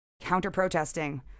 counter-protesting